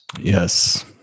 Yes